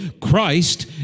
Christ